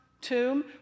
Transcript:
tomb